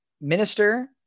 minister